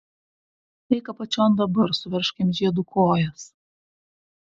eik apačion dabar suveržk jam žiedu kojas